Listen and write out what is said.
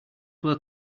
were